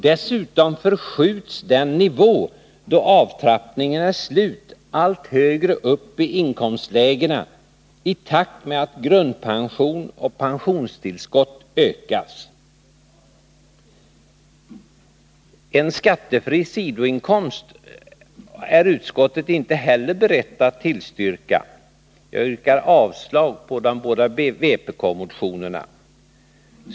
Dessutom förskjuts den nivå då avtrappningen är slut allt högre upp i inkomstlägena i takt med att grundpension och pensionstillskott ökas. En skattefri sidoinkomst är utskottet inte heller berett att tillstyrka. Jag yrkar avslag på de båda vpk-motionerna.